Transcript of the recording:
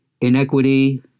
inequity